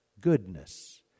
goodness